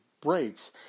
breaks